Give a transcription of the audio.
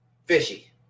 Fishy